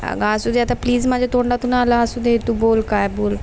अगं असू दे आता प्लीज माझ्या तोंडातून आलं असू दे तू बोल काय बोल